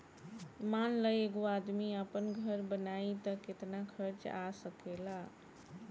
मान ल एगो आदमी आपन घर बनाइ त केतना खर्च आ सकेला